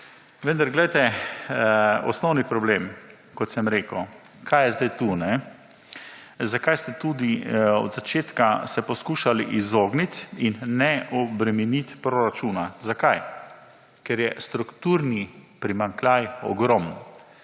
Vendar poglejte, osnovni problem kot sem rekel kaj je sedaj tu, zakaj ste tudi od začetka se poskušali izogniti in ne obremeniti proračuna, zakaj? Ker je strukturni primanjkljaj ogromen.